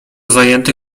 zajęty